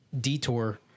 detour